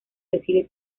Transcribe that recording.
recibe